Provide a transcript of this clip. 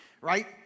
right